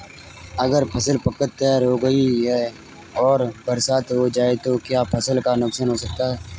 अगर फसल पक कर तैयार हो गई है और बरसात हो जाए तो क्या फसल को नुकसान हो सकता है?